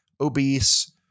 obese